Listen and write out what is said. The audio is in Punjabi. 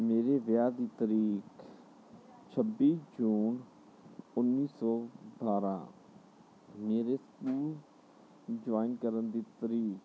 ਮੇਰੇ ਵਿਆਹ ਦੀ ਤਰੀਕ ਛੱਬੀ ਜੂਨ ਉੱਨੀ ਸੌ ਅਠਾਰ੍ਹਾਂ ਮੇਰੇ ਸਕੂਲ ਜੁਆਇਨ ਕਰਨ ਦੀ ਤਰੀਕ